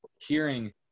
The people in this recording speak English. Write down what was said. hearing